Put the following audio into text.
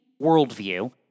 worldview—